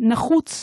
נחוץ